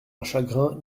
chagrin